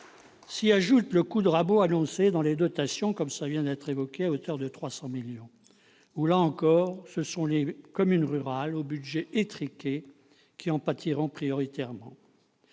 s'y ajoute le coup de rabot annoncé dans les dotations qui vient d'être évoqué à hauteur de 300 millions d'euros. Là encore, ce sont les communes rurales aux budgets étriqués qui en pâtiront prioritairement.